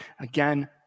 again